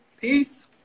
Peace